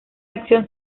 acción